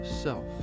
self